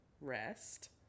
rest